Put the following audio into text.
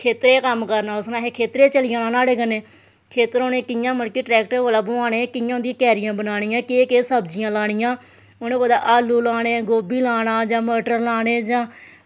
खेत्तरें कम्म करना उस नै असें नुहाड़े कन्नै खेत्तरें ई चली जाना खेत्तर भला कियां उनें ट्रैक्टरें कोला बोआनै कियां उंदियां क्यारियां बनानियां केह् केह् सब्जियां लानियां उनें कुदै आलू लाना गोभी लाना जां मटर लाने जां